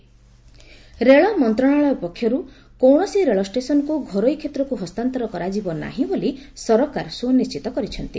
rail Piyush Goyal ରେଳମନ୍ତ୍ରଣାଳୟ ପକ୍ଷରୁ କୌଣସି ରେଳଷ୍ଟେସନକୁ ଘରୋଇ କ୍ଷେତ୍ରକୁ ହସ୍ତାନ୍ତର କରାଯିବ ନାହିଁ ବୋଲି ସରକାର ସୁନିଶ୍ଚିତ କରିଛନ୍ତି